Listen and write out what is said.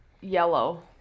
yellow